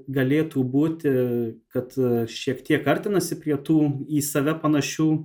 galėtų būti kad šiek tiek artinasi prie tų į save panašių